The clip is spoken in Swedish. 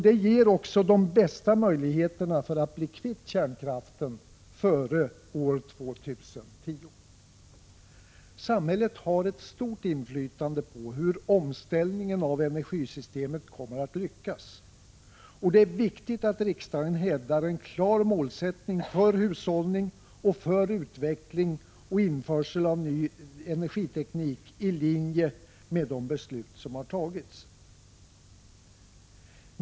Det ger också de bästa möjligheterna att bli kvitt kärnkraften före år 2010. Samhället har ett stort inflytande på hur omställningen av energisystemet kommer att lyckas. Och det är viktigt att riksdagen hävdar en klar målsättning för hushållning och för utveckling och införande av ny energiteknik i linje med de beslut som har tagits.